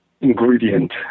ingredient